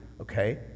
Okay